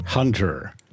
hunter